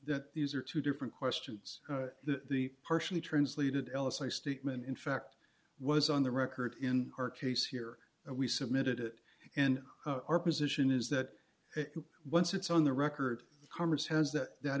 that these are two different questions that the partially translated l s a statement in fact was on the record in our case here and we submitted it and our position is that once it's on the record congress has that that